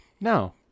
No